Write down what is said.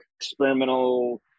experimental